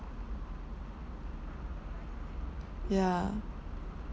yeah